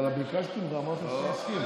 אבל ביקשתי ממך, אמרת שאתה מסכים.